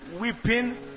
weeping